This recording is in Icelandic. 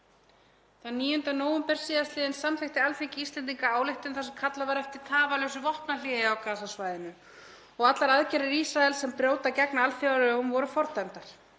Þann 9. nóvember síðastliðinn samþykkti Alþingi Íslendinga ályktun þar sem kallað var eftir tafarlausu vopnahléi á Gaza-svæðinu og allar aðgerðir Ísraels sem brjóta gegn alþjóðalögum voru fordæmdar.